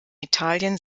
italien